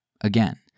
again